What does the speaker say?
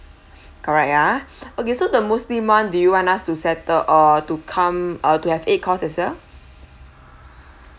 correct yeah okay so the muslim one do you want us to settle or to come err to have eight course as well